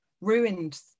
ruined